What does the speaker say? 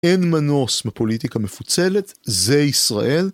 אין מנוס מפוליטיקה מפוצלת, זה ישראל.